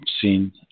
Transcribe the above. seen